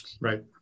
Right